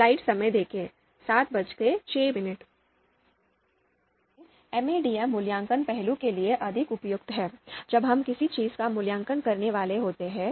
इसलिए MADM मूल्यांकन पहलू के लिए अधिक उपयुक्त है जब हम किसी चीज का मूल्यांकन करने वाले होते हैं